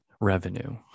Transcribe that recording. revenue